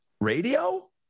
radio